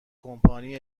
کمپانی